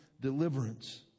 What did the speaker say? deliverance